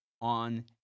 on